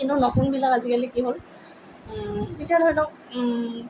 কিন্তু নতুনবিলাক আজিকালি কি হ'ল এতিয়া ধৰি লওক